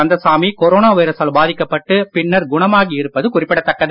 Kandasamy corona வைரசால் பாதிக்கப்பட்டு பின்னர் குணமாகி இருப்பது குறிப்பிடத்தக்கது